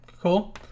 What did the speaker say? Cool